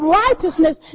righteousness